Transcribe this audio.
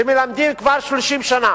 שמלמדים כבר 30 שנה,